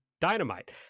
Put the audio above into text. dynamite